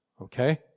Okay